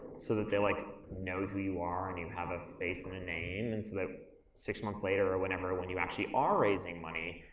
so that they like know who you are and you have a face and a name and so that six months later or whenever, when you actually are raising money,